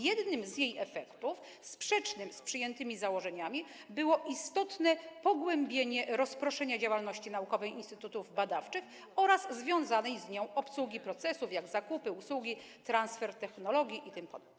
Jednym z jej efektów, sprzecznych z przyjętymi założeniami, było istotne pogłębienie rozproszenia działalności naukowej instytutów badawczych oraz związanej z nią obsługi procesów, jak zakupy, usługi, transfer technologii itp.